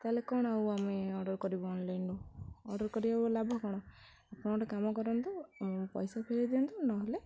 ତା'ହେଲେ କ'ଣ ଆଉ ଆମେ ଅର୍ଡ଼ର୍ କରିବୁ ଅନଲାଇନ୍ରେ ଅର୍ଡ଼ର୍ କରିବାକୁ ଲାଭ କ'ଣ ଆପଣ ଗୋଟେ କାମ କରନ୍ତୁ ପଇସା ଫେରେଇ ଦିଅନ୍ତୁ ନହେଲେ